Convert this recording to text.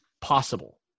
possible